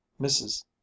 Mrs